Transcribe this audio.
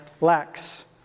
lacks